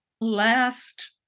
Last